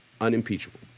unimpeachable